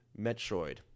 Metroid